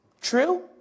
True